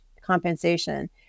compensation